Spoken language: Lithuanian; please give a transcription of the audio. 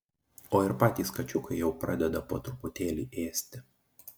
o ir patys kačiukai jau pradeda po truputėlį ėsti